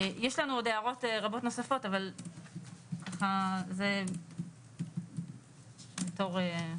יש לנו עוד הערות רבות נוספות, אבל זה בתור התחלה.